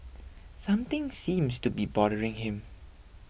something seems to be bothering him